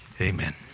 amen